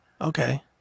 Okay